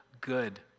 good